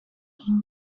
این